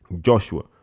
Joshua